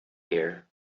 here